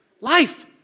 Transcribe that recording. Life